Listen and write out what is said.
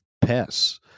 pests